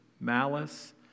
malice